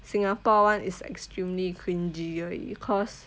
singapore [one] is extremely cringey already because